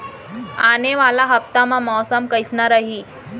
आने वाला हफ्ता मा मौसम कइसना रही?